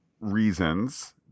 reasons